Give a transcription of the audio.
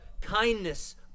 kindness